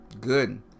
good